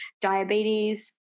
diabetes